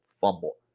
fumble